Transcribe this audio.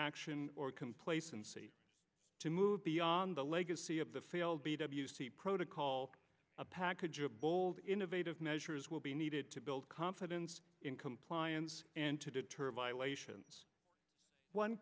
inaction or complacency to move beyond the legacy of the failed b w c protocol a package of bold innovative measures will be needed to build confidence in compliance and to deter violations one